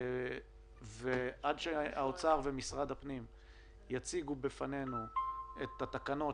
עד שהאוצר ומשרד הפנים יציגו בפנינו את התקנות,